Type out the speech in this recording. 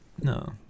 No